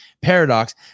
paradox